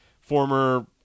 former